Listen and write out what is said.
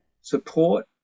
support